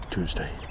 Tuesday